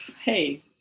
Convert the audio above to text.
hey